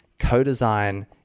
co-design